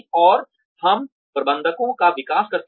और हम प्रबंधकों का विकास करते हैं